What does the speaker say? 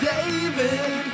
David